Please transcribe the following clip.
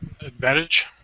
Advantage